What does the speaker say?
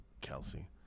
Kelsey